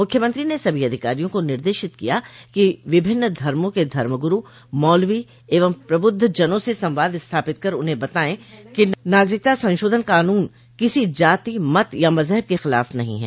मुख्यमंत्री ने सभी अधिकारियों को निर्देशित किया कि विभिन्न धर्मो के धर्मगुरू मौलवी एवं प्रबुद्धजनों से संवाद स्थापित कर उन्हें बताएं कि नागरिकता संशोधन कानून किसी जाति मत या मजहब क खिलाफ नहीं है